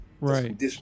Right